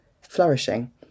flourishing